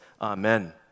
Amen